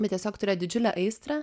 bet tiesiog turė didžiulę aistrą